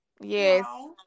Yes